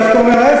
ואם אני הייתי מרצ,